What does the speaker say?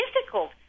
difficult